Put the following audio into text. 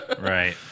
Right